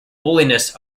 holiness